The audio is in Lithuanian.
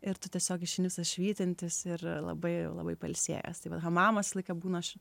ir tu tiesiog išeini visas švytintis ir labai labai pailsėjęstai vat hamamas visą laiką būna